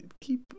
keep